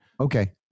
Okay